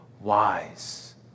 wise